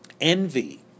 Envy